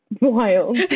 wild